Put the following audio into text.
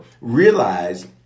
realize